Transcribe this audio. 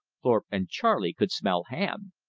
thorpe and charley could smell ham.